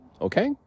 okay